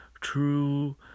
true